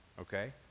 Okay